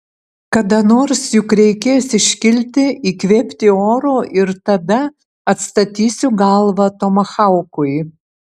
kada nors juk reikės iškilti įkvėpti oro ir tada atstatysiu galvą tomahaukui